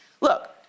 Look